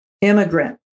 immigrant